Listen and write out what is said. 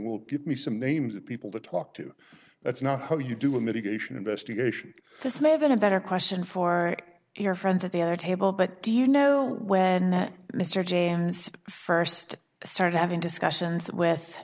well give me some names of people to talk to that's not how you do a mitigation investigation this may have been a better question for your friends at their table but do you know when mr james st started having discussions with